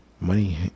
Money